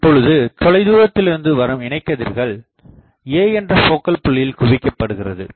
இப்பொழுது தொலைதூரத்திலிருந்து வரும் இணை கதிர்கள் A என்ற போக்கல் புள்ளியில் குவிக்கப்படுகிறது